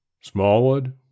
Smallwood